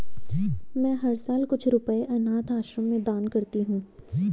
मैं हर साल कुछ रुपए अनाथ आश्रम में दान करती हूँ